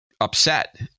Upset